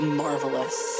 marvelous